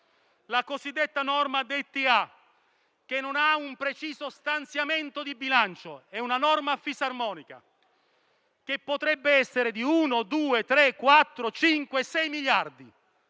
tax asset* (DTA), che non ha un preciso stanziamento di bilancio. È una norma a fisarmonica che potrebbe essere di 1, 2, 3, 4, 5, 6 miliardi,